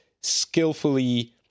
skillfully